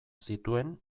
zituen